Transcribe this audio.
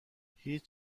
هیچ